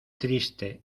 triste